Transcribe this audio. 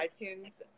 iTunes